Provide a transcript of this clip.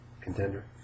contender